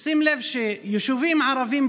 שים לב שיישובים ערביים,